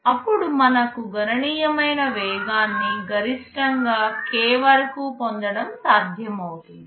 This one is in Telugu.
అప్పుడు మనకు గణనీయమైన వేగాన్ని గరిష్టంగా k వరకు పొందడం సాధ్యమవుతుంది